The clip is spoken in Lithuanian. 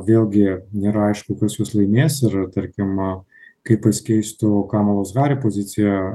vėlgi nėra aišku kas juos laimės ir tarkim kaip pasikeistų kamalos hari pozicija